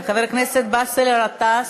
חבר הכנסת באסל גטאס,